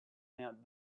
not